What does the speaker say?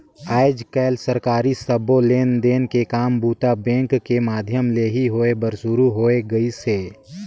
आयज कायल सरकारी सबो लेन देन के काम बूता बेंक के माधियम ले ही होय बर सुरू हो गइसे